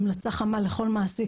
המלצה חמה לכל מעסיק,